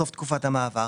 סוף תקופת המעבר.